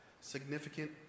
significant